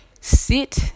Sit